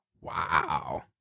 Wow